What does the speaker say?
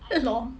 lol